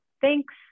thanks